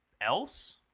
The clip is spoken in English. else